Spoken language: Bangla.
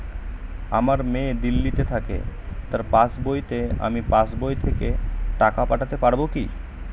আমার মেয়ে দিল্লীতে থাকে তার পাসবইতে আমি পাসবই থেকে টাকা পাঠাতে পারব কি?